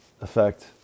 effect